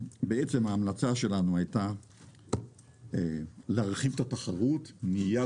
ההמלצה שלנו הייתה להרחיב את התחרות מיד